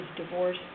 divorce